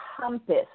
compass